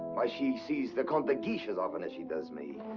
why, she sees the compte de guiche as often as she does me.